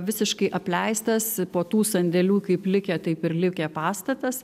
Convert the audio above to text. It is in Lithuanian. visiškai apleistas po tų sandėlių kaip likę taip ir likę pastatas